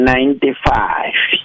Ninety-five